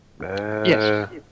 Yes